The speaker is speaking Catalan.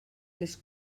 les